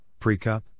Precup